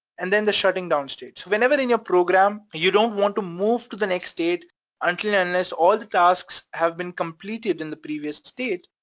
and then the shutting down state. so whenever in your program you don't want to move to the next state until, unless, all the tasks have been completed in the previous state,